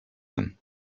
him